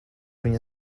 viņa